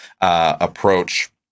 approach